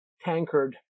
tankard